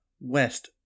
West